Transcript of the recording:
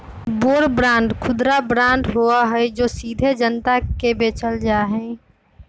war bond खुदरा bond होबा हई जो सीधे जनता के बेचल जा हई